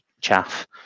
chaff